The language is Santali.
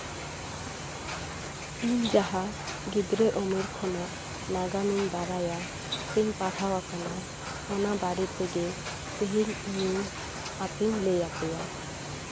ᱤᱧ ᱡᱟᱦᱟᱸ ᱜᱤᱫᱽᱨᱟᱹ ᱩᱢᱮᱨ ᱠᱷᱚᱱᱟᱜ ᱱᱟᱜᱟᱢ ᱤᱧ ᱵᱟᱲᱟᱭᱟ ᱥᱮᱧ ᱯᱟᱲᱦᱟᱣ ᱟᱠᱟᱱᱟ ᱚᱱᱟ ᱵᱟᱨᱮ ᱛᱮᱜᱮ ᱛᱮᱦᱮᱧ ᱤᱧᱤᱧ ᱟᱯᱮᱧ ᱞᱟᱹᱭ ᱟᱯᱮᱭᱟ